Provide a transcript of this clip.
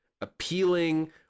appealing